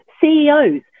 CEOs